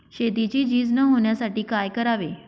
शेतीची झीज न होण्यासाठी काय करावे?